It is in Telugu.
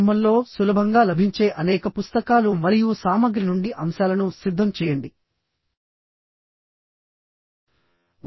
ప్రారంభంలో సులభంగా లభించే అనేక పుస్తకాలు మరియు సామగ్రి నుండి అంశాలను సిద్ధం చేయండి